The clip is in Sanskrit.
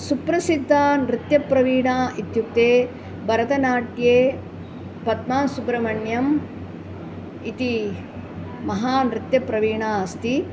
सुप्रसिद्धा नृत्यप्रवीणा इत्युक्ते भरतनाट्ये पद्मासुब्रमण्यम् इति महानृत्यप्रवीणा अस्ति